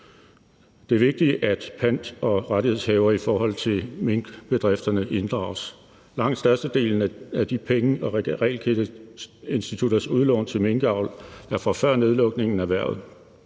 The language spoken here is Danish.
Det er vigtigt, at pant- og rettighedshavere i forhold til minkbedrifterne inddrages. Lang størstedelen af de realkreditinstitutters udlån til minkavl er fra før nedlukningen af erhvervet.